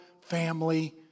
family